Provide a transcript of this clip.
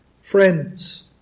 friends